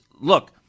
look